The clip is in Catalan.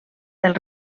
del